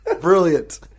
Brilliant